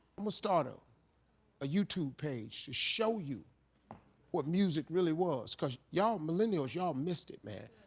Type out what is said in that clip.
i'm a start ah a youtube page to show you what music really was cause yall millennials yall missed it man.